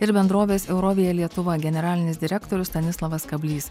ir bendrovės eurovija lietuva generalinis direktorius stanislovas kablys